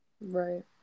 right